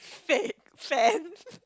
fake fan